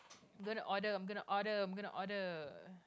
going order I'm going order I'm going order